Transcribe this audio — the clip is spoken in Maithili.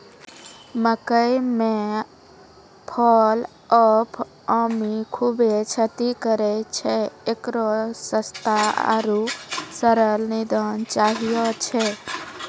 मकई मे फॉल ऑफ आर्मी खूबे क्षति करेय छैय, इकरो सस्ता आरु सरल निदान चाहियो छैय?